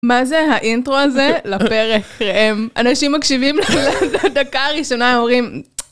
מה זה האינטרו הזה לפרק? אנשים מקשיבים לדקה הראשונה אומרים...